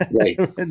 right